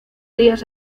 días